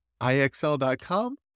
IXL.com